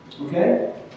okay